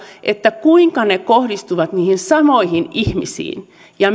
että kuinka ne kohdistuvat niihin samoihin ihmisiin ja